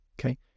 Okay